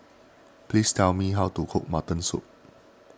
please tell me how to cook Mutton Soup